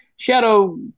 Shadow